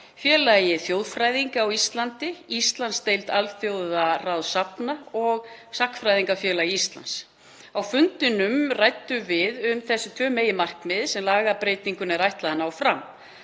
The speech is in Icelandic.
Félagi þjóðfræðinga á Íslandi, Íslandsdeild alþjóðaráðs safna og Sagnfræðingafélagi Íslands. Á fundunum ræddum við um þessi tvö meginmarkmið sem lagabreytingunni er ætlað að ná fram.